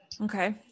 Okay